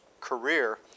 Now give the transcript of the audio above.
career